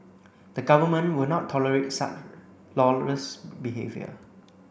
the Government will not tolerate such lawless behaviour